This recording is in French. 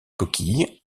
coquille